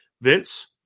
Vince